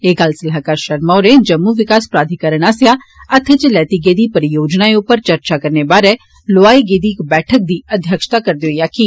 एह गल्ल सलाहकार षर्मा होर जम्मू विकास प्राधीकरण आस्सेआ हत्था च लैती गेदी परियोजनाएं उप्पर चर्चा करने बारै लोआई गेदी इक बैठक दी अध्यक्षत करदे होई आक्खी